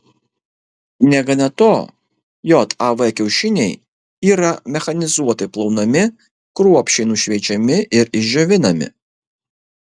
negana to jav kiaušiniai yra mechanizuotai plaunami kruopščiai nušveičiami ir išdžiovinami